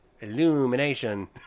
Illumination